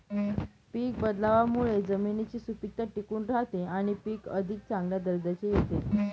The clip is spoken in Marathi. पीक बदलावामुळे जमिनीची सुपीकता टिकून राहते आणि पीक अधिक चांगल्या दर्जाचे येते